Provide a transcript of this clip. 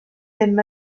ddim